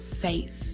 faith